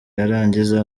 yarangiza